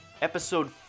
Episode